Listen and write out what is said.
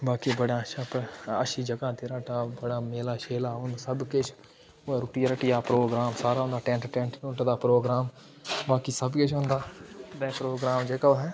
बाकी बड़ा अच्छा अच्छी जगह् ऐ देह्राटाप बड़ा मेला शेला होर सब किश रुट्टिये रट्टियै दा प्रोग्राम सारा होना टैंट टैंट टूंट दा प्रोग्राम बाकी सब किश होंदा प्रोग्राम जेह्का होना ऐ